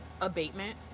abatement